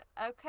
Okay